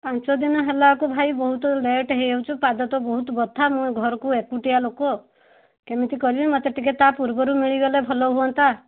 ପାଞ୍ଚଦିନ ହେଲାକୁ ଭାଇ ବହୁତ ଲେଟ୍ ହେଇ ଯାଉଛି ପାଦ ତ ବହୁତ ବଥା ମୁଁ ଏ ଘରକୁ ଏକୁଟିଆ ଲୋକ କେମିତି କରିବି ମୋତେ ଟିକେ ତା ପୂର୍ବରୁ ମିଳିଗଲେ ଭଲ ହୁଅନ୍ତା